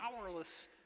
powerless